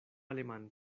alemán